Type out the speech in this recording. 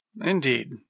Indeed